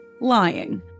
lying